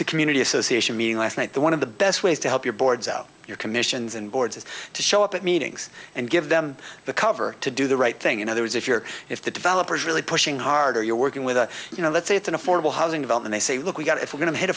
the community association meeting last night the one of the best ways to help your boards out your commissions and boards is to show up at meetings and give them the cover to do the right thing you know there is if you're if the developer is really pushing harder you're working with a you know let's say it's an affordable housing develop and they say look we've got if we're going to hit